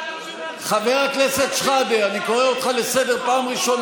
חבר הכנסת שחאדה, אני קורא אותך לסדר פעם ראשונה.